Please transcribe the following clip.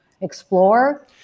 explore